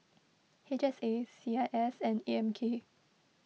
H S A C I S and A M K